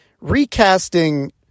recasting